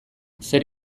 zer